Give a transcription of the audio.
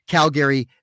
Calgary